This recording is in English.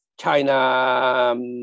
China